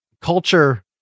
culture